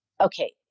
okay